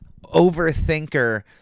overthinker